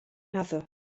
naddo